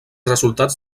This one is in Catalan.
resultats